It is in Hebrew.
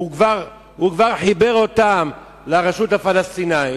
הוא כבר חיבר אותם לרשות הפלסטינית.